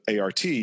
ART